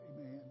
Amen